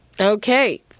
Okay